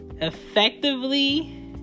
effectively